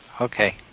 Okay